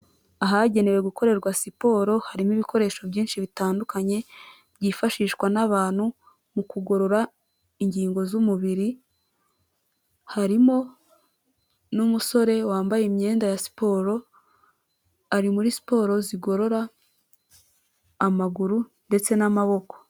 Ahagenewe gukorerwa siporo harimo ibikoresho byinshi bitandukanye byifashishwa n'abantu mu kugorora ingingo z'umubiri, harimo n'umusore wambaye imyenda ya siporo ari muri siporo zigorora amaguru ndetse n'amaboko.